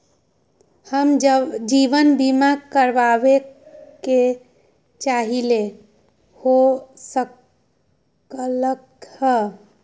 हम जीवन बीमा कारवाबे के चाहईले, हो सकलक ह?